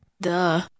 Duh